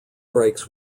brakes